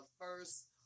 first